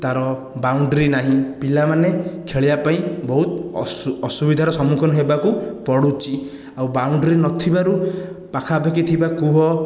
ତା'ର ବାଉଣ୍ଡ୍ରି ନାହିଁ ପିଲାମାନେ ଖେଳିବା ପାଇଁ ବହୁତ ଅସୁବିଧାର ସମ୍ମୁଖୀନ ହେବାକୁ ପଡ଼ୁଛି ଆଉ ବାଉଣ୍ଡ୍ରି ନଥିବାରୁ ପାଖା ପାଖି ଥିବା କୂଅ